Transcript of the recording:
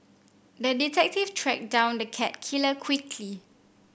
the detective tracked down the cat killer quickly